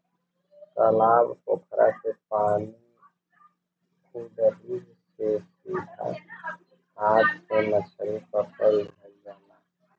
तालाब पोखरा के पानी उदही के सीधा हाथ से मछरी पकड़ लिहल जाला